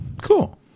Cool